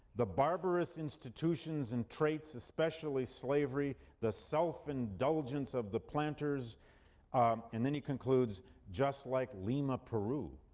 the barbarous institutions and traits, especially slavery, the self-indulgence of the planters and then he concludes just like lima, peru.